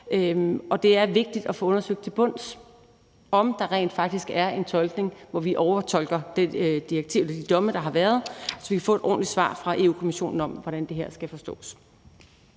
Og det er vigtigt at få undersøgt til bunds, om der rent faktisk er et sted, hvor vi overfortolker de domme, der har været, så vi kan få et ordentligt svar fra Europa-Kommissionen på, hvordan det her skal forstås.